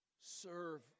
Serve